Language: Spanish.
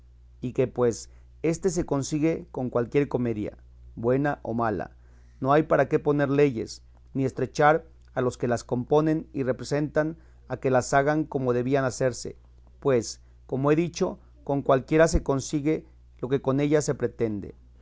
y que pues éste se consigue con cualquier comedia buena o mala no hay para qué poner leyes ni estrechar a los que las componen y representan a que las hagan como debían hacerse pues como he dicho con cualquiera se consigue lo que con ellas se pretende